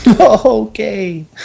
Okay